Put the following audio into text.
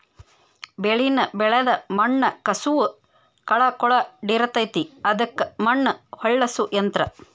ಬೆಳಿನ ಬೆಳದ ಮಣ್ಣ ಕಸುವ ಕಳಕೊಳಡಿರತತಿ ಅದಕ್ಕ ಮಣ್ಣ ಹೊಳ್ಳಸು ಯಂತ್ರ